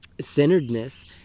centeredness